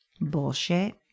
bullshit